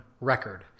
record